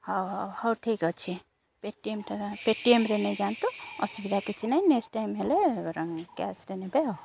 ହଉ ହଉ ହଉ ଠିକ୍ ଅଛି ପେଟିଏମ୍ ଟା ପେଟିଏମ୍ରେ ନେଇଯାଆନ୍ତୁ ଅସୁବିଧା କିଛି ନାହିଁ ନେକ୍ସ୍ଟ ଟାଇମ୍ ହେଲେ କ୍ୟାସ୍ରେ ନେବେ ଆଉ